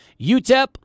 UTEP